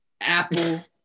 Apple